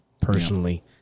personally